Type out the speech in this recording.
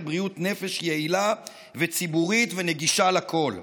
בריאות נפש יעילה וציבורית ונגישה לכול.